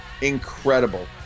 incredible